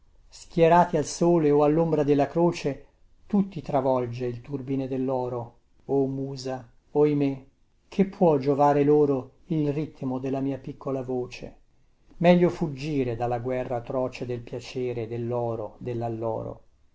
schierati al sole o allombra della croce tutti travolge il turbine delloro o musa oimè che può giovare loro il ritmo della mia piccola voce meglio fuggire dalla guerra atroce del piacere delloro dellalloro